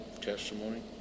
Testimony